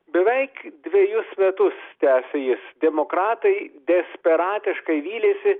beveik dvejus metus tęsė jis demokratai desperatiškai vylėsi